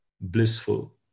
blissful